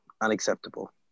Unacceptable